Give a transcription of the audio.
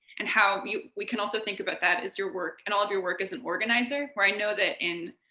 and how we can also think about that as your work and all of your work as an organizer, where i know that in,